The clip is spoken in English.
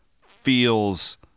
feels